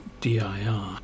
dir